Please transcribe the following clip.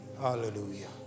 Hallelujah